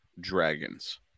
Dragons